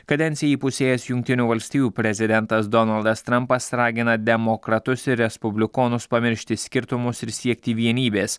kadenciją įpusėjęs jungtinių valstijų prezidentas donaldas trampas ragina demokratus ir respublikonus pamiršti skirtumus ir siekti vienybės